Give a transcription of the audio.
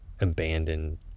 abandoned